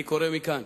אני קורא מכאן